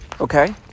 Okay